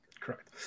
Correct